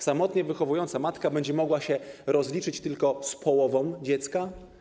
Samotnie wychowująca matka będzie mogła się rozliczyć tylko z połową dziecka?